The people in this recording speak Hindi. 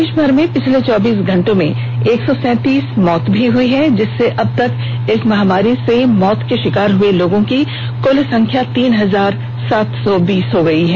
देश भर में पिछले चौबीस घंटों में एक सौ सैतीस मौत भी हुई हैं जिससे अब तक इस महामारी से मौत का शिकार हुए लोगों की कुल संख्या तीन हजार सात सौ बीस हो गयी है